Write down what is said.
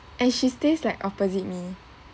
and she stays like opposite me